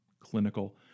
clinical